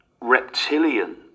reptilian